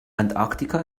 antarktika